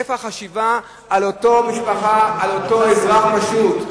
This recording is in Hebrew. איפה החשיבה על אותה משפחה, על אותו אזרח פשוט?